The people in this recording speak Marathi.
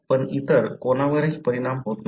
पण इतर कोणावरही परिणाम होत नाही